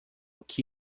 que